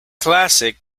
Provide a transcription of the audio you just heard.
classic